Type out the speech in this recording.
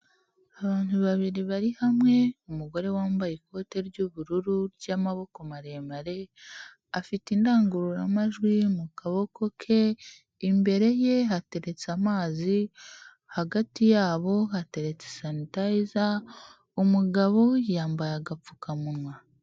Abantu babiri bari hamwe, umugore wambaye ikote ry'ubururu ry'amaboko maremare, afite indangururamajwi mu kaboko ke, imbere ye hateretse amazi, hagati yabo hateretse sanitayiza, umugabo yambaye agapfukamunwa.